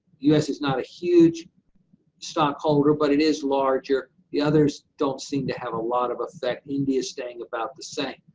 u s. is not a huge stockholder, but it is larger. the others don't seem to have a lot of effect. india's staying about the same.